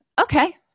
Okay